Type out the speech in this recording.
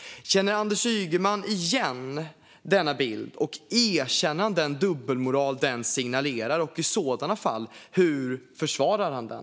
Känner Anders Ygeman igen denna bild, och erkänner han den dubbelmoral den signalerar? I sådana fall, hur försvarar han den?